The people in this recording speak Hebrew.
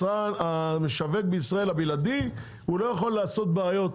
המשווק בישראל הבלעדי לא יכול לעשות בעיות,